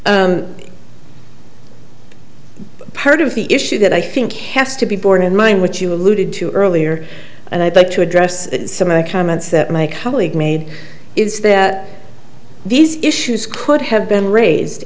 part of the issue that i think has to be borne in mind which you alluded to earlier and i'd like to address some of the comments that my colleague made is that these issues could have been raised